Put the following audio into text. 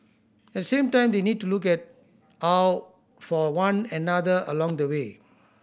at the same time they need to look at out for one another along the way